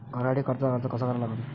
घरासाठी कर्जाचा अर्ज कसा करा लागन?